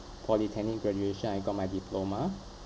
polytechnic graduation I got my diploma